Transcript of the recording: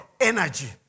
energy